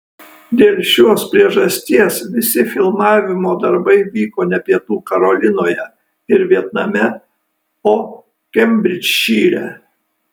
dėl šios priežasties visi filmavimo darbai vyko ne pietų karolinoje ir vietname o kembridžšyre